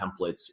templates